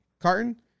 Carton